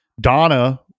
Donna